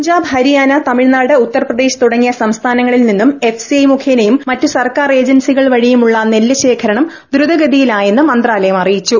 പഞ്ചാബ് ഹരിയാന തമിഴ്നാട് ഉത്തർപ്രദേശ് തുടങ്ങിയ സംസ്ഥാനങ്ങളിൽ നിന്നും എഫ്സിഐ മുഖേനയും മറ്റു സർക്കാർ ഏജൻസികൾ വഴിയുമുള്ള നെല്ല് ശേഖരണം ദ്രുതഗതിയിലായെന്ന് മന്ത്രാലയം അറിയിച്ചു